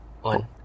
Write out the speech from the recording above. One